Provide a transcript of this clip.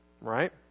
right